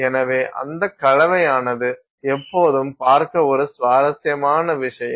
எனவே அந்த கலவையானது எப்போதும் பார்க்க ஒரு சுவாரஸ்யமான விஷயம்